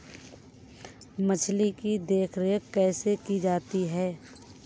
मछली की देखरेख कैसे की जाती है?